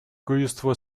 количество